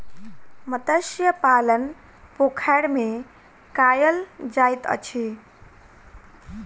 मत्स्य पालन पोखैर में कायल जाइत अछि